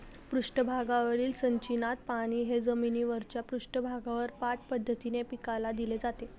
पृष्ठभागावरील सिंचनात पाणी हे जमिनीच्या पृष्ठभागावर पाठ पद्धतीने पिकाला दिले जाते